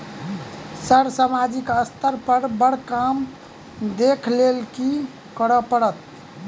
Sir सामाजिक स्तर पर बर काम देख लैलकी करऽ परतै?